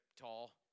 tall